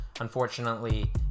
Unfortunately